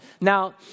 Now